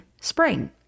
spring